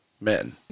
men